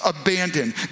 abandoned